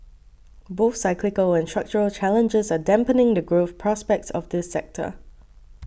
both cyclical and structural challenges are dampening the growth prospects of this sector